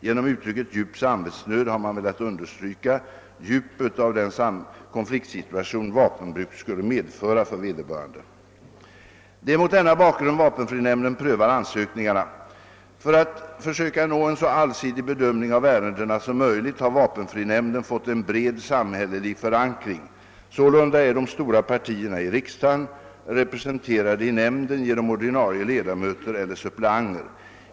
Genom uttrycket »djup samvetsnöd« har man velat understryka djupet av den konfliktsituation vapenbruk skulle medföra för vederbörande. Det är mot denna bakgrund vapenfrinämnden prövar ansökningarna. För att försöka nå en så allsidig bedömning av ärendena som möjligt har vapenfrinämnden fått en bred samhällelig förankring. Sålunda är de stora partierna i riksdagen representerade i nämnden genom ordinarie ledamöter eller suppleanter.